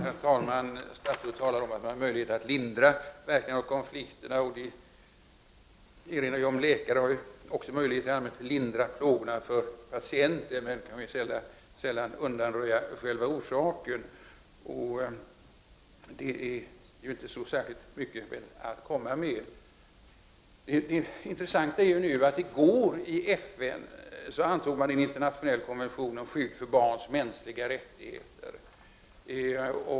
Herr talman! Statsrådet säger att han har möjlighet att lindra verkningarna av konflikten. Det brukar sägas om läkare att de har möjlighet att lindra patienternas plågor men sällan att undanröja orsaken till plågorna. Detta är ju inte särskilt mycket att komma med. Det intressanta är att FN i går antog en konvention om skydd för barns mänskliga rättigheter.